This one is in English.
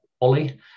ollie